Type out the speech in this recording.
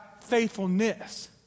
faithfulness